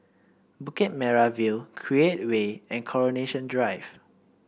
Bukit Merah View Create Way and Coronation Drive